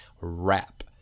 wrap